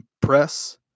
press